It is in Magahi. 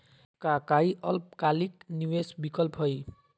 का काई अल्पकालिक निवेस विकल्प हई?